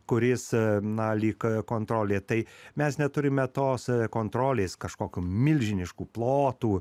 kuris na lyg kontrolė tai mes neturime tos savikontrolės kažkokių milžiniškų plotų